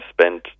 spent